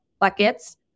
buckets